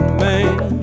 man